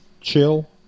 chill